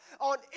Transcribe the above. on